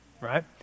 right